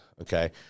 okay